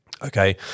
Okay